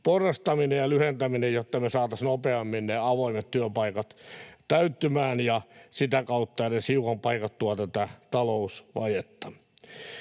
porrastaminen ja lyhentäminen, jotta me saataisiin nopeammin ne avoimet työpaikat täyttymään ja sitä kautta edes hiukan paikattua tätä talousvajetta.